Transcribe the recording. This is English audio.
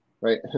right